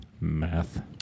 Math